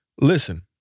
listen